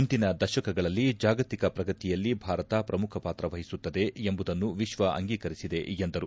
ಮುಂದಿನ ದಶಕಗಳಲ್ಲಿ ಜಾಗತಿಕ ಪ್ರಗತಿಯಲ್ಲಿ ಭಾರತ ಪ್ರಮುಖ ಪಾತ್ರವಹಿಸುತ್ತದೆ ಎಂಬುದನ್ನು ವಿಶ್ವ ಅಂಗೀಕರಿಸಿದೆ ಎಂದರು